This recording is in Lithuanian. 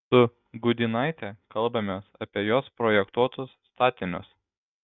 su gudynaite kalbamės apie jos projektuotus statinius